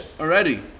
already